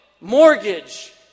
mortgage